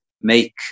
make